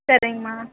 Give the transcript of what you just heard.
சரிங்கம்மா